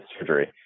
surgery